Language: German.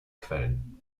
quellen